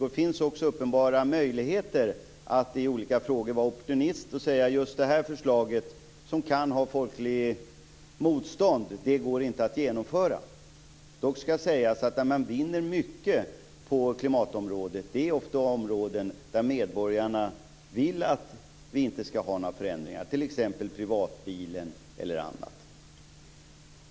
Det finns uppenbara möjligheter att i olika frågor vara opportunist och säga att just det här förslaget, som kan möta folkligt motstånd, går inte att genomföra. Dock ska sägas att där man vinner mycket vad gäller klimatet är det ofta på områden där medborgarna inte vill att det ska vara några förändringar. Det gäller t.ex. privatbilen och annat.